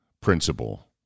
principle